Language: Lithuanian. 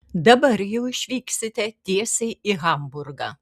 dabar jau išvyksite tiesiai į hamburgą